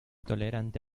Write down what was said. tolerante